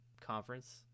conference